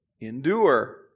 Endure